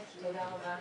כן.